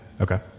Okay